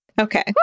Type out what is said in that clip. Okay